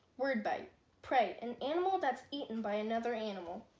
word bite prey an animal that's eaten by another animal